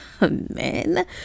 men